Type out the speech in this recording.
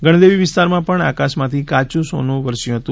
ગણદેવી વિસ્તરમાં પણ આકાશમાંથી કાયું સોનું વરસયું હતુ